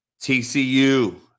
TCU